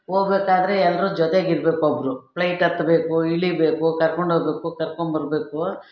ಹೋಗ್ಬೇಕಾದ್ರೆ ಎಲ್ಲರೂ ಜೊತೆಗಿರಬೇಕು ಒಬ್ಬರು ಫ್ಲೈಟ್ ಹತ್ತಬೇಕು ಇಳಿಬೇಕು ಕರ್ಕೊಂಡು ಹೋಗ್ಬೇಕು ಕರ್ಕೊಂಬರ್ಬೇಕು